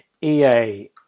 EA